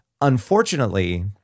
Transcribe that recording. Unfortunately